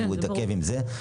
והוא התעכב עם זה,